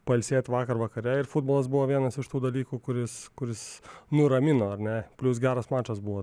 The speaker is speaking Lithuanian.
pailsėt vakar vakare ir futbolas buvo vienas iš tų dalykų kuris kuris nuramina ar ne plius geras mačas buvo